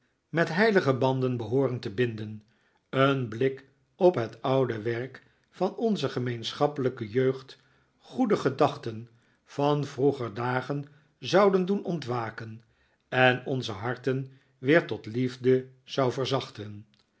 met heilige banden behooren te binden een blik op het oude werk van onze gemeenschappelijke jeugd goede gedachten van vroeger dagen zou doen ontwaken en onze harten weer tot liefde zou verzachten